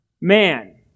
man